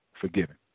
forgiven